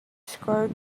score